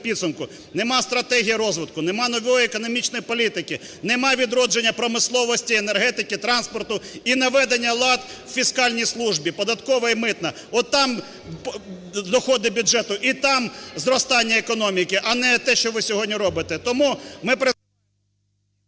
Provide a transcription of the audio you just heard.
Немає стратегії розвитку, немає нової економічної політики, немає відродження промисловості, енергетики, транспорту і наведення ладу у фіскальній службі, податкова і митна. От там доходи бюджету і там зростання економіки, а не те, що ви сьогодні робите.